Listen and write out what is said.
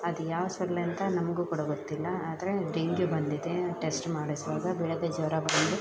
ಅದು ಯಾವ ಸೊಳ್ಳೆ ಅಂತ ನಮಗೂ ಕೂಡ ಗೊತ್ತಿಲ್ಲ ಆದರೆ ಡೆಂಗ್ಯು ಬಂದಿದೆ ಟೆಸ್ಟ್ ಮಾಡಿಸುವಾಗ ಬೆಳಿಗ್ಗೆ ಜ್ವರ ಬಂದು